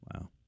Wow